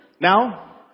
Now